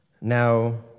Now